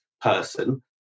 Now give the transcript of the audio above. person